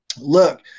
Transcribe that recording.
look